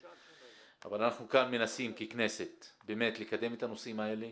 אבל אנחנו כאן מנסים ככנסת באמת לקדם את הנושאים האלה.